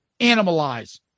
Animalize